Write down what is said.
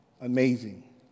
amazing